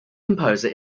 composer